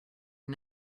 are